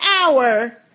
hour